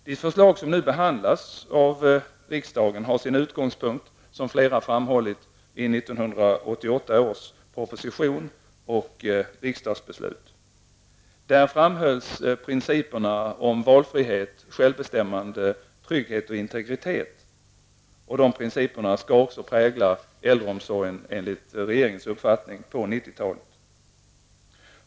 Det förslag som nu behandlas har sin utgångspunkt, vilket flera har framhållit, i 1988 års proposition och riksdagsbeslut. Där framhölls principerna om valfrihet, självbestämmande, trygghet och integritet och de principerna skall också enligt regeringens uppfattning prägla äldreomsorgen på 90-talet.